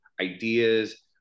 ideas